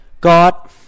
God